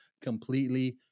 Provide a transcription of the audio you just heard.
completely